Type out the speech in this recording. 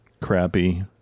crappy